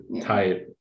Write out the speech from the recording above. tight